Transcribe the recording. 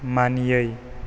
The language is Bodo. मानियै